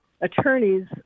attorneys